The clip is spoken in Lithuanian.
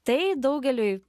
tai daugeliui